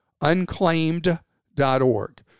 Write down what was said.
unclaimed.org